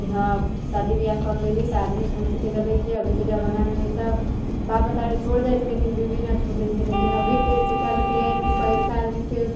की हँ शादी बियाह कर लेली तऽ आदमी सोचके चलै छै अभीके जमानामे एक तऽ बाप मतारी छोड़ि जाइ छै लेकिन बीवी नहि छूटै छै लेकिन अभीके जे कहलकै पहिलका आदमीके